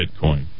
Bitcoin